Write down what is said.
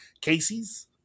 Casey's